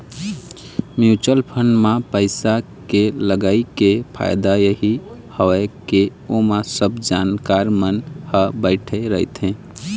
mutual fund म पइसा के लगई के फायदा यही हवय के ओमा सब जानकार मन ह बइठे रहिथे